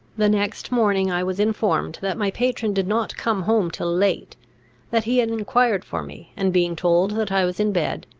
the next morning i was informed that my patron did not come home till late that he had enquired for me, and, being told that i was in bed,